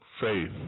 faith